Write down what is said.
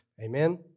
Amen